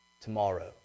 tomorrow